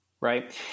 Right